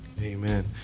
Amen